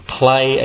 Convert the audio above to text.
play